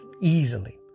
easily